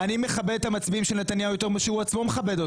אני מכבד את המצביעים של נתניהו יותר מאשר הוא עצמו מכבד אותם.